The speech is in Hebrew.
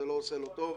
זה לא עושה לו טוב.